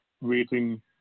waiting